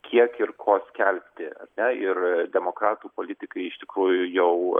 kiek ir ko skelbti ar ne ir demokratų politikai iš tikrųjų jau